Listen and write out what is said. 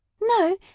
No